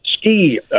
ski